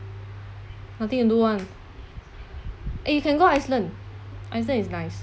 nothing to do [one] eh you can go iceland iceland is nice